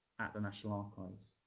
at the national archives.